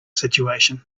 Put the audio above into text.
situation